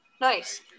Nice